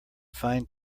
fine